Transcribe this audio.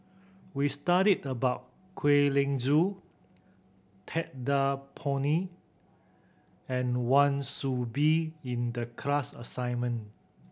we studied about Kwek Leng Joo Ted De Ponti and Wan Soon Bee in the class assignment